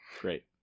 Great